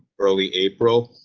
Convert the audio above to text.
early, april,